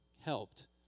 helped